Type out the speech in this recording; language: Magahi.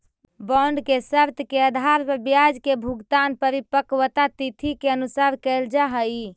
बॉन्ड के शर्त के आधार पर ब्याज के भुगतान परिपक्वता तिथि के अनुसार कैल जा हइ